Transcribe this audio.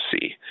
see